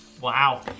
Wow